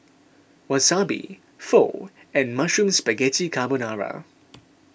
Wasabi Pho and Mushroom Spaghetti Carbonara